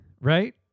Right